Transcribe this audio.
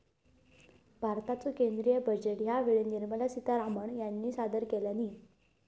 भारताचो केंद्रीय बजेट ह्या वेळेक निर्मला सीतारामण ह्यानी सादर केल्यानी